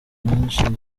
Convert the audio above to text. benshi